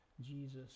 jesus